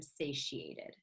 satiated